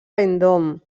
vendôme